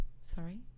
Sorry